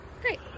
Great